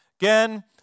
Again